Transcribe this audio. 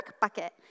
bucket